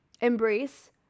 embrace